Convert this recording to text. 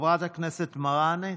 חברת הכנסת מראענה,